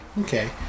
okay